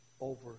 over